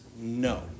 no